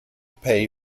pay